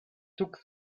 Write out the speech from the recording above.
took